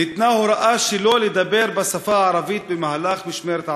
ניתנה הוראה שלא לדבר בשפה הערבית במהלך משמרת העבודה.